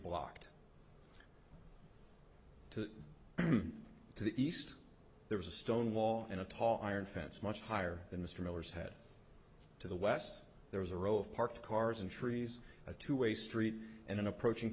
blocked to the east there was a stone wall and a tall iron fence much higher than mr miller's head to the west there was a row of parked cars and trees a two way street and an approaching